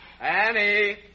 Annie